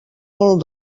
molt